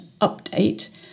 update